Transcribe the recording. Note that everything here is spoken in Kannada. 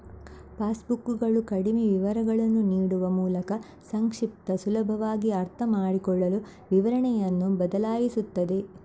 ಪಾಸ್ ಬುಕ್ಕುಗಳು ಕಡಿಮೆ ವಿವರಗಳನ್ನು ನೀಡುವ ಮೂಲಕ ಸಂಕ್ಷಿಪ್ತ, ಸುಲಭವಾಗಿ ಅರ್ಥಮಾಡಿಕೊಳ್ಳಲು ವಿವರಣೆಯನ್ನು ಬದಲಾಯಿಸುತ್ತವೆ